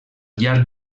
llarg